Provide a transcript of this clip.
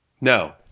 No